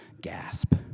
gasp